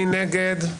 מי נגד?